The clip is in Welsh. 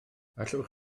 allwch